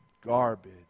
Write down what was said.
garbage